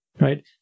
right